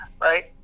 right